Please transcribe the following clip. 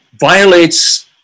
violates